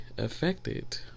affected